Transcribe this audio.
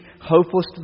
hopeless